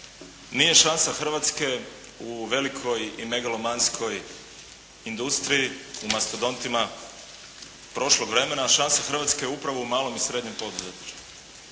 Nije šansa Hrvatske u velikoj i megalomanskoj industriji, u mastodontima prošlog vremena. Šansa Hrvatske je upravo u malom i srednjem poduzetništvu.